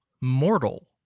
mortal